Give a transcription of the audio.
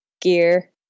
gear